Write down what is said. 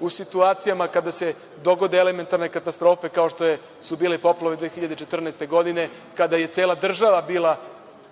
o situacijama kada se dogode elementarne katastrofe, kao što su bile poplave 2014. godine, kada je cela država bila